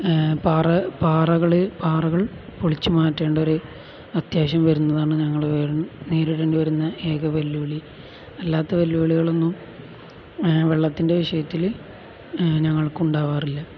പാറ പാറകള് പാറകൾ പൊളിച്ചുമാറ്റേണ്ട ഒരു അത്യാവശ്യം വരുന്നതാണ് ഞങ്ങള് നേരിടേണ്ടി വരുന്ന ഏക വെല്ലുവിളി അല്ലാത്ത വെല്ലുവിളികളൊന്നും വെള്ളത്തിൻ്റെ വിഷയത്തില് ഞങ്ങൾക്കുണ്ടാവാറില്ല